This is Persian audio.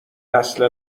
نسل